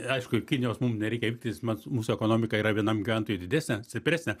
aišku kinijos mum nereikia vytis mat mūsų ekonomika yra vienam gyventojui didesnė stipresnė